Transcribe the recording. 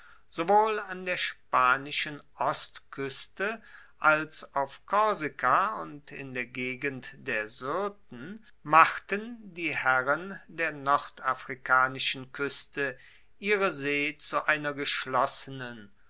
sowohl an der spanischen ostkueste als auf korsika und in der gegend der syrten machten die herren der nordafrikanischen kueste ihre see zu einer geschlossenen